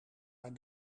haar